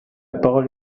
parole